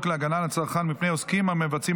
החוק להגנה על הצרכן מפני עוסקים המבצעים